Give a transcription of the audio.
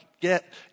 get